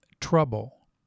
trouble